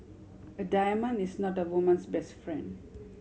a diamond is not a woman's best friend